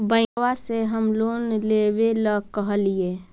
बैंकवा से हम लोन लेवेल कहलिऐ?